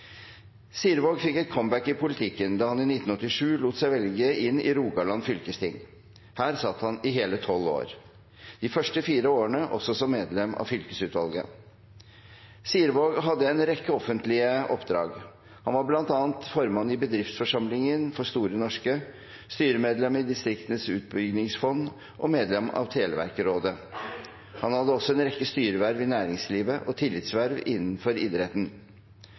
Sirevaag fikk et comeback i politikken da han i 1987 lot seg velge inn i Rogaland fylkesting. Her satt han i hele 12 år – de første fire årene også som medlem av fylkesutvalget. Sirevaag hadde en rekke offentlige oppdrag. Han var bl.a. formann i Bedriftsforsamlingen for Store Norske, styremedlem i Distriktenes utbyggingsfond og medlem av Televerkrådet. Han hadde også en rekke styreverv i næringslivet og tillitsverv innenfor idretten.